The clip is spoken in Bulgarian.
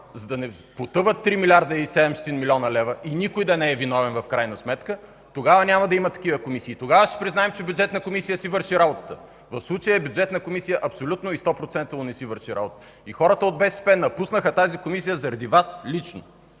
за да не потъват 3 млрд. 700 млн. лв. и никой да не е виновен в крайна сметка, тогава няма да има такива комисии, тогава ще признаем, че Бюджетната комисия си върши работата. В случая Бюджетната комисия абсолютно и стопроцентово не си върши работата. Хората от БСП напуснаха тази Комисия заради Вас лично,